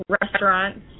restaurants